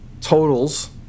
totals